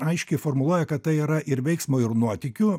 aiškiai formuluoja kad tai yra ir veiksmo ir nuotykių